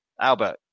Albert